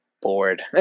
bored